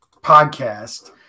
podcast